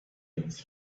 its